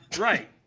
right